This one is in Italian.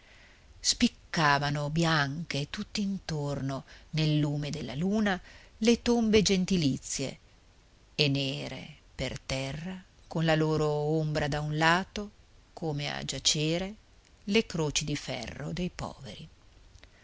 spiccavano bianche tutt'intorno nel lume della luna le tombe gentilizie e nere per terra con la loro ombra da un lato come a giacere le croci di ferro dei poveri